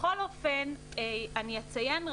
בכל אופן אני רק אציין,